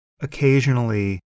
occasionally